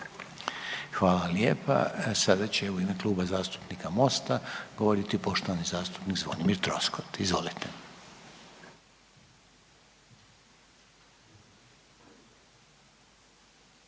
Hvala lijepa. Sada će u ime Kluba zastupnika Mosta govoriti poštovani zastupnik Zvonimir Troskot. Izvolite.